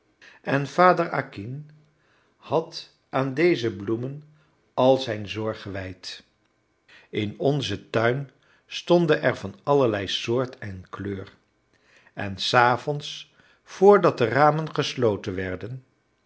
en vader acquin had aan deze bloemen al zijn zorg gewijd in onzen tuin stonden er van allerlei soort en kleur en s avonds vr dat de ramen gesloten werden